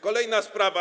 Kolejna sprawa.